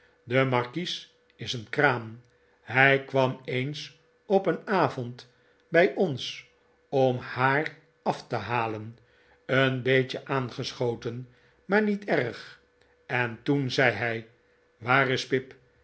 de markies is een kraan hij kwam eens op een avond bij ons om h a a r af te halen een beetje aangeschoten maar niet erg en toen zei hij waar is pip